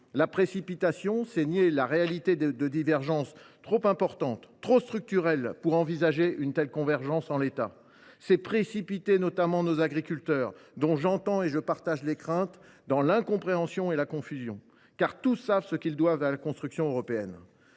La précipitation, c’est nier la réalité des divergences trop importantes, trop structurelles pour pouvoir envisager une telle convergence en l’état. Ce serait précipiter notamment nos agriculteurs, dont j’entends et je partage les craintes, dans l’incompréhension et la confusion. Tous savent ce qu’ils doivent à la construction européenne,